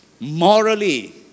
morally